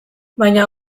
baina